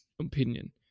opinion